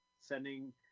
sending